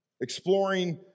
exploring